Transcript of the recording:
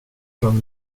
från